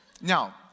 Now